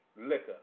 liquor